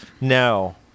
No